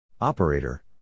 Operator